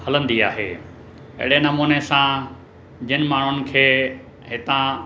हलंदी आहे अहिड़े नमूने सां जिनि माण्हुनि खे हितां